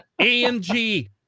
AMG